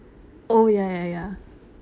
oh ya ya ya